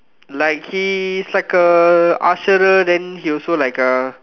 like he is like a usherer then he also like a